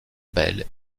belle